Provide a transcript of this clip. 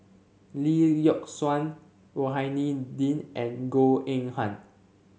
Lee Yock Suan Rohani Din and Goh Eng Han